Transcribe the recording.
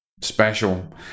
special